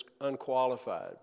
unqualified